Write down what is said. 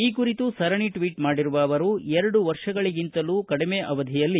ಈ ಕುರಿತು ಸರಣೆ ಟ್ವೀಟ್ ಮಾಡಿರುವ ಅವರು ಎರಡು ವರ್ಷಗಳಿಗಿಂತಲೂ ಕಡಿಮೆ ಅವಧಿಯಲ್ಲಿ